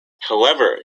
however